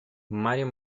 mario